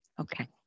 Okay